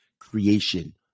creation